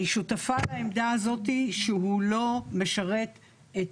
אני שותפה לעמדה הזאת שהוא לא משרת את